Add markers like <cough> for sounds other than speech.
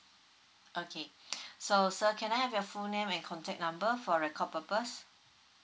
okay <breath> so sir can I have your full name and contact number for record purpose